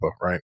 right